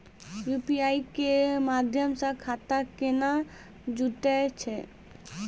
UPI के माध्यम से खाता केना जुटैय छै?